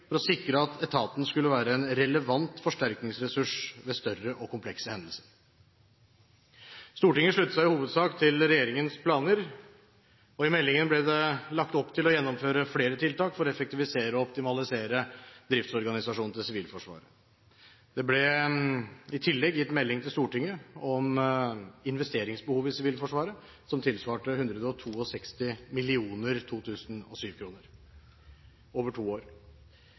for å sikre at etaten skulle være en relevant forsterkningsressurs ved større og komplekse hendelser. Stortinget sluttet seg i hovedsak til regjeringens planer. I meldingen ble det lagt opp til å gjennomføre flere tiltak for å effektivisere og optimalisere driftsorganisasjonen til Sivilforsvaret. Det ble i tillegg gitt melding til Stortinget om investeringsbehovet i Sivilforsvaret, som tilsvarte 162 mill. 2007-kroner over to år.